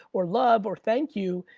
or love or thank you,